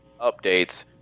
updates